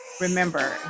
remember